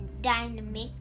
dynamic